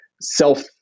Self